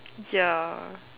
ya